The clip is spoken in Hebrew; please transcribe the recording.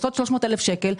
עושות 300,000 שקל,